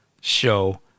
show